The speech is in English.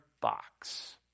box